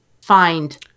find